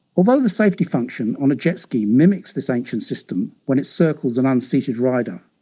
although the safety function on a jet ski mimics this ancient system when it circles an unseated rider,